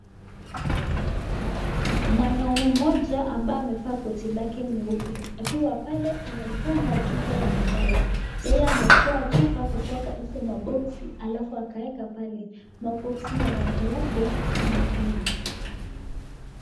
Mwanaume mmoja ambaye amevaa koti lake nyeupe akiwa pale anaipanga chupa ya madawa yeye ametoa chupa kutoka izo maboksi alafu akaeka pale, maboksi ya rangi yake nyekundu.